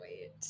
wait